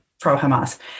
pro-Hamas